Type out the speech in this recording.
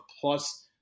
plus